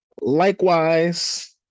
Likewise